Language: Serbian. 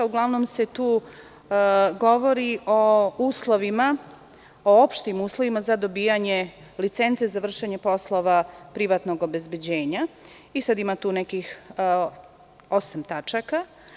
Uglavnom se tu govori o opštim uslovima za dobijanje licence za vršenje poslova privatnog obezbeđenja i sad tu ima nekih osam tačaka.